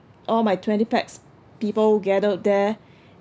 all my twenty pax people gathered there